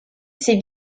ses